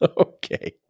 okay